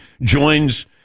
joins